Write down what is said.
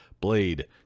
blade